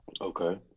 Okay